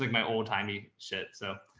like my old timey shit. so,